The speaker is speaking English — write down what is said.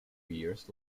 years